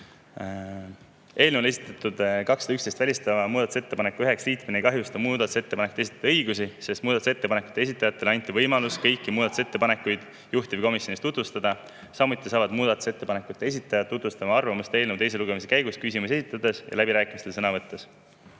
Eelnõu kohta esitatud 211 välistava muudatusettepaneku üheks liitmine ei kahjusta muudatusettepanekute esitajate õigusi, sest muudatusettepanekute esitajatele anti võimalus kõiki muudatusettepanekuid juhtivkomisjonis tutvustada. Samuti saavad muudatusettepanekute esitajad tutvustada oma arvamust eelnõu teise lugemise käigus küsimusi esitades ja läbirääkimistel sõna võttes.